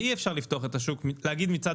ואי-אפשר לפתוח את השוק להגיד מצד